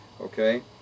okay